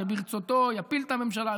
שברצותו יפיל את הממשלה,